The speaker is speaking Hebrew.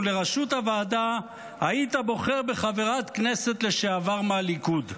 ולראשות הוועדה היית בוחר בחברת כנסת לשעבר מהליכוד.